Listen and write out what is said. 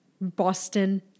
Boston